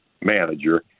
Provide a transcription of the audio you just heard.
manager